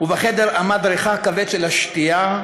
/ ובחדר עמד ריחה הכבד של השתייה,